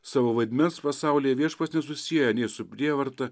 savo vaidmens pasaulyje viešpats nesusieja nei su prievarta